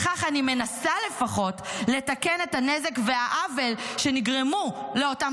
בכך אני מנסה לפחות לתקן את הנזק והעוול שנגרמו לאותם